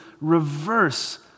reverse